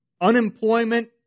unemployment